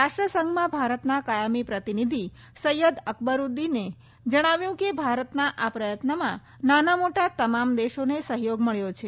રાષ્ટ્રસંઘમાં ભારતના કાયમી પ્રતિનિધિ સૈયદ અકબરૂદ્દીને જણાવ્યું કે ભારતના આ પ્રયત્નમાં નાના મોટા તમામ દેશોને સહયોગ મળ્યો છે